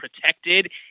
protected